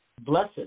blessed